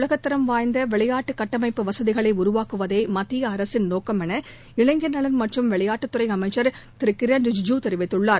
இந்தியாவில் உலகத்தரம் வாய்ந்த விளையாட்டு கட்டமைப்பு வசதிகளை உருவாக்குவதே மத்திய அரசின் நோக்கம் என இளைஞர் நலன் மற்றும் விளையாட்டுத்துறை அமைச்சர் திரு கிரண் ரிஜிஜூ தெரிவித்துள்ளார்